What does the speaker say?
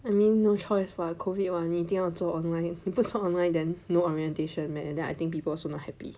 I mean no choice [what] COVID [what] 你一定要做 online 你不做 online then no orientation meh then I think people also not happy